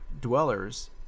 dwellers